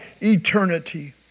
eternity